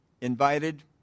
Invited